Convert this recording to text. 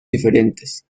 diferentes